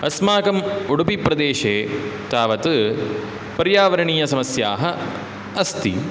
अस्माकम् उडुपीप्रदेशे तावत् पर्यावर्णीयसमस्याः अस्ति